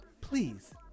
please